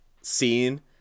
scene